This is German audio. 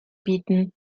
bieten